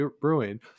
Brewing